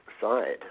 side